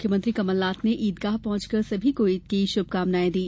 मुख्यमंत्री कमलनाथ ने ईदगाह पहंचकर सभी को ईद की श्भकामनाएं दी